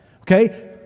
okay